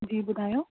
जी ॿुधायो